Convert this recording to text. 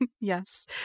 Yes